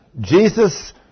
Jesus